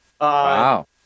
Wow